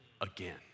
again